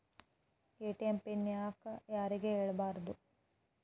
ATM PIN ಯಾಕ್ ಯಾರಿಗೂ ಹೇಳಬಾರದು?